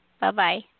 Bye-bye